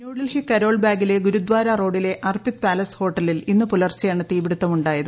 ന്യൂഡൽഹി കരോൾ ബാഗിലെ ഗുരുദ്ധാര റോഡിലെ അർപ്പിത് പാലസ് ഹോട്ടലിൽ ഇന്ന് പുലർച്ചെയാണ് തീപിടുത്തം ഉണ്ടായത്